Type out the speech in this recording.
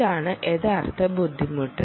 ഇതാണ് യഥാർത്ഥ ബുദ്ധിമുട്ട്